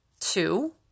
Two